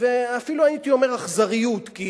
ואפילו הייתי אומר, אכזריות, כי